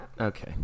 Okay